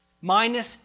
minus